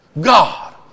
God